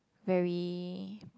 very